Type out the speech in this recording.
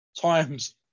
times